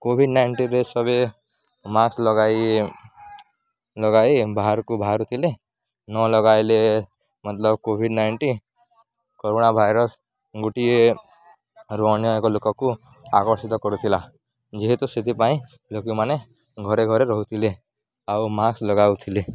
Covid ନାଇଣ୍ଟିନ୍ରେ ସବେ mask ଲଗାଇ ଲଗାଇ ବାହାରକୁ ବାହାରୁଥିଲେ ନ ଲଗାଇଲେ ମତଲବ କୋଭିଡ଼୍ ନାଇଣ୍ଟିନ୍ କରୋନା ଭାଇରସ୍ ଗୋଟିଏ ରୁ ଅନ୍ୟ ଏକ ଲୋକକୁ ଆକର୍ଷିତ କରୁଥିଲା ଯେହେତୁ ସେଥିପାଇଁ ଲୋକମାନେ ଘରେ ଘରେ ରହୁଥିଲେ ଆଉ ମାସ୍କ୍ ଲଗାଉଥିଲେ